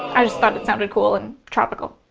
i just thought it sounded cool and tropical.